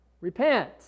Repent